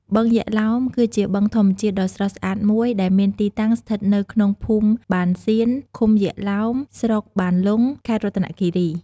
បឹងយក្សឡោម គឺជាបឹងធម្មជាតិដ៏ស្រស់ស្អាតមួយ ដែលមានទីតាំងស្ថិតនៅក្នុងភូមិបានសៀន ឃុំយក្សឡោម ស្រុកបានលុង ខេត្តរតនគិរី។